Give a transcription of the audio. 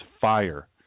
fire